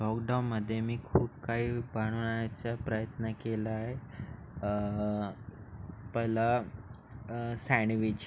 लॉउकडाऊनमध्ये मी खूप काही बनवायचा प्रयत्न केला आहे पहिला सॅणविच